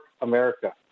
America